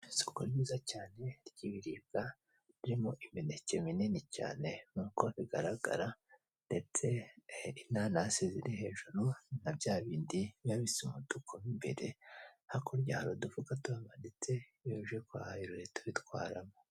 Isoko ryiza cyane ry'ibiribwa, ririmo imineke minini cyane nk'uko bigaragara ndetse inanasi ziri hejuru na bya bindi biba bisa umutuku mo imbere, hakurya hari udufuka tuhamanitse iyo uje kuhahahira uhita ubitwaramo.